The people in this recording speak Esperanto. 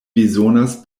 bezonas